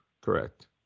correct